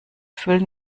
füllen